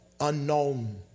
unknown